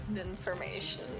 information